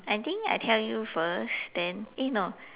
I think I tell you first then eh no